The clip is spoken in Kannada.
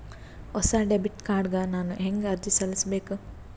ಹೊಸ ಡೆಬಿಟ್ ಕಾರ್ಡ್ ಗ ನಾನು ಹೆಂಗ ಅರ್ಜಿ ಸಲ್ಲಿಸಬೇಕು?